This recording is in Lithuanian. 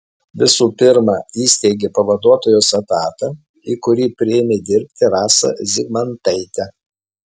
visų pirma įsteigė pavaduotojos etatą į kurį priėmė dirbti rasą zygmantaitę